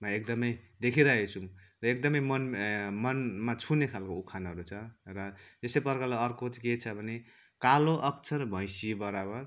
एकदमै देखिरहेछु र एकदमै मन मनमा छुने खालको उखानहरू छ र यस्तै प्रकारले अर्को चाहिँ के छ भने कालो अक्षर भैँसी बराबर